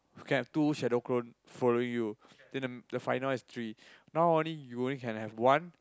can have two shadow clone following you then the the final one is three now only you only can have one